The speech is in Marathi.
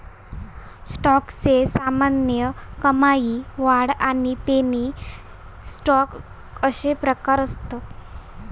स्टॉकचे सामान्य, कमाई, वाढ आणि पेनी स्टॉक अशे प्रकार असत